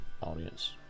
audience